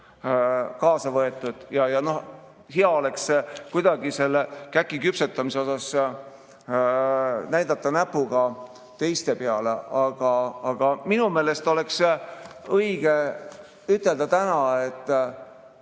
kaasa võetud. Hea oleks kuidagi selle käki küpsetamise pärast näidata näpuga teiste peale, aga minu meelest oleks täna õige ütelda, et